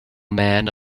man